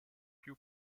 più